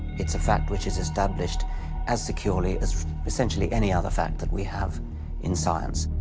it's a fact which is established as securely as essentially any other fact that we have in science.